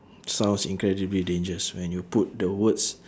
sounds incredibly dangerous when you put the words